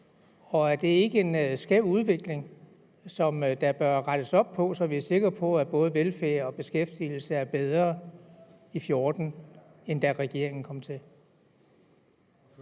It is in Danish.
Og er det ikke en skæv udvikling, som der bør rettes op på, så vi er sikker på, at både velfærd og beskæftigelse er bedre i 2014, end da regeringen kom til?